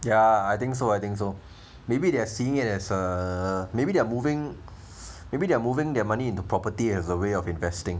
ya I think so I think so maybe they are seeing it as a maybe they are moving maybe they are moving their money into property as a way of investing